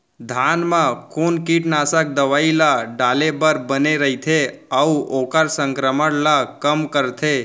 धान म कोन कीटनाशक दवई ल डाले बर बने रइथे, अऊ ओखर संक्रमण ल कम करथें?